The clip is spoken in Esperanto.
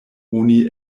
oni